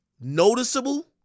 noticeable